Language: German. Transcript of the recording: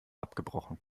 abgebrochen